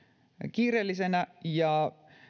kiireellisenä ja